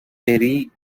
perry